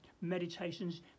meditations